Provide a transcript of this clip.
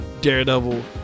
daredevil